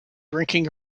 drinking